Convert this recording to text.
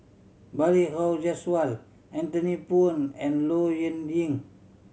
Balli Kaur Jaswal Anthony Poon and Low Yen Ying